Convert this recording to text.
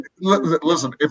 Listen